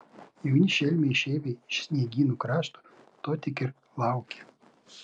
jauni šelmiai išeiviai iš sniegynų krašto to tik ir laukia